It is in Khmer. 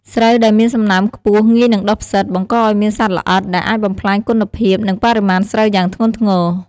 ស្រូវដែលមានសំណើមខ្ពស់ ងាយនឹងដុះផ្សិត បង្កឲ្យមានសត្វល្អិត ដែលអាចបំផ្លាញគុណភាព និងបរិមាណស្រូវយ៉ាងធ្ងន់ធ្ងរ។